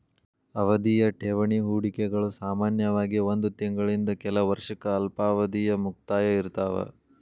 ಅವಧಿಯ ಠೇವಣಿ ಹೂಡಿಕೆಗಳು ಸಾಮಾನ್ಯವಾಗಿ ಒಂದ್ ತಿಂಗಳಿಂದ ಕೆಲ ವರ್ಷಕ್ಕ ಅಲ್ಪಾವಧಿಯ ಮುಕ್ತಾಯ ಇರ್ತಾವ